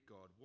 God